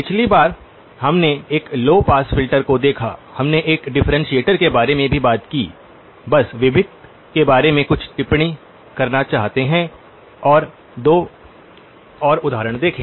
पिछली बार हमने एक लौ पास फिल्टर को देखा हमने एक डिफ्रेंटिएटर के बारे में भी बात की बस विभक्त के बारे में कुछ टिप्पणी करना चाहते हैं और दो और उदाहरण देखें